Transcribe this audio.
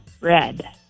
red